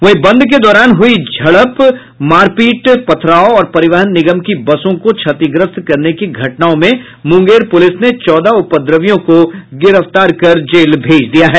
वहीं बंद के दौरान हुई झड़प मारपीट पथराव और परिवहन निगम की बसों को क्षतिग्रस्त करने की घटनाओं में मुंगेर पुलिस ने चौदह उपद्रवियों को गिरफ्तार कर जेल भेज दिया है